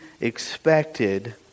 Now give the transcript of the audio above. expected